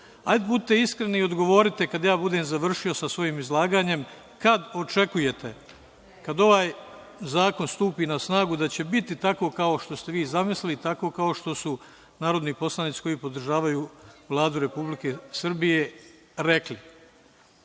Hajde, budite iskreni i dogovorite kada ja budem završio sa svojim izlaganjem, kada očekujte kad ovaj zakon stupi na snagu da će biti tako kao što ste vi zamislili, tako kao što su narodni poslanici koji podržavaju Vladu Republike Srbije rekli?